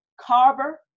Carver